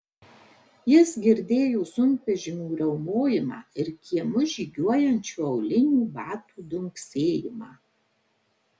jis girdėjo sunkvežimių riaumojimą ir kiemu žygiuojančių aulinių batų dunksėjimą